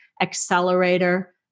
accelerator